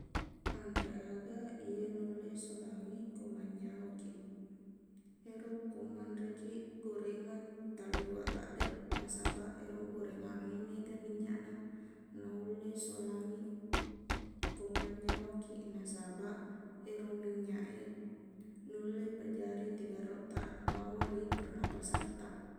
Anre aga iya nulle solangi ko mannyawakiq ero ko manrekiq gorengan talliweq laddeq nasabaq ero gorengangnge mega minyakna naulle solangi ko mannyawakiq nasabaq ero minyak e nulle pajari tigerrottaq lao ri pernafasattaq